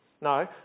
No